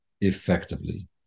effectively